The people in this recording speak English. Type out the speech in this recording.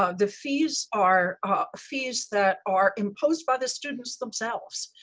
ah the fees are ah fees that are imposed by the students themselves.